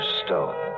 stone